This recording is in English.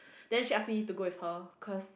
then she ask me to go with her cause